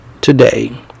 today